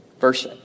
Verse